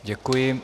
Děkuji.